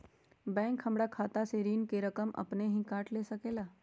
Bank हमार खाता से ऋण का रकम अपन हीं काट ले सकेला?